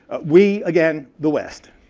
we, again, the west.